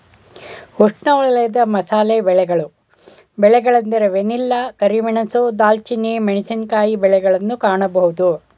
ಉಷ್ಣವಲಯದ ಮಸಾಲೆ ಬೆಳೆಗಳ ಬೆಳೆಗಳೆಂದರೆ ವೆನಿಲ್ಲಾ, ಕರಿಮೆಣಸು, ದಾಲ್ಚಿನ್ನಿ, ಮೆಣಸಿನಕಾಯಿ ಬೆಳೆಗಳನ್ನು ಕಾಣಬೋದು